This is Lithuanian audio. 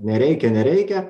nereikia nereikia